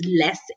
less